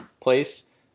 place